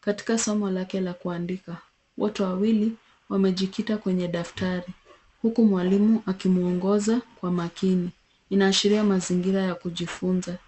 katika somo lake la kuandika. Wote wawili wamejikita kwenye daftari huku mwalimu akimwongoza kwa makini. Inaashiria mazingira ya kujifunza.